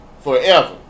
forever